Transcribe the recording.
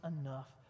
enough